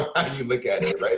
i mean you look at it.